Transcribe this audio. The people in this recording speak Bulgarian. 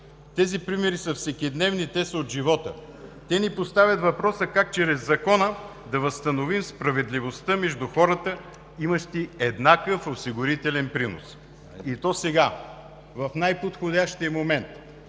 Тези примери са всекидневни, те са от живота. Те ни поставят въпроса как чрез закона да възстановим справедливостта между хората, имащи еднакъв осигурителен принос и то сега, в най-подходящия момент.